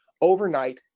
overnight